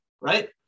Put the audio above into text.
Right